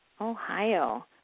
Ohio